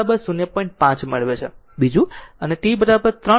બીજું અને t 3 second